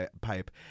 pipe